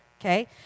okay